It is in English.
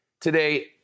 Today